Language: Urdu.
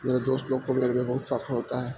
میرے دوست لوگ کو میرے پہ بہت فخر ہوتا ہے